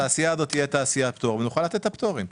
התעשייה הזאת תהיה תעשיית פטור ונוכל לתת את הפטורים.